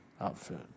outfit